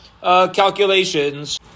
calculations